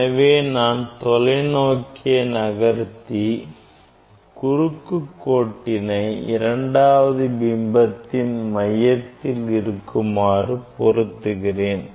எனவே நான் தொலைநோக்கியை நகர்த்தி குறுக்கு கோட்டினை இரண்டாவது பிம்பத்தின் மையத்தில் இருக்குமாறு பொருத்துகிறேன்